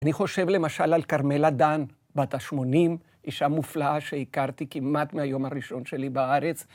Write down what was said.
אני חושב למשל על כרמלה דן, בת ה-80, אישה מופלאה שהכרתי כמעט מהיום הראשון שלי בארץ.